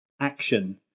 Action